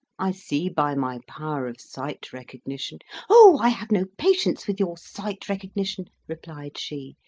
i see by my power of sight recognition oh, i have no patience with your sight recognition, replied she,